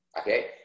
Okay